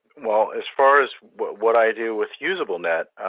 well, as far as what i do with usablenet,